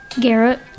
Garrett